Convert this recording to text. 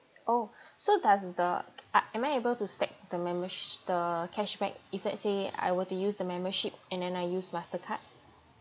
oh so does the I am I able to stack the membersh~ the cashback if let's say I were to use the membership and then I use mastercard